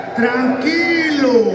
tranquilo